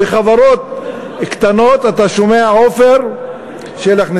וחברות קטנות, אתה שומע, עפר שלח?